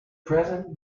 present